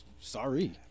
sorry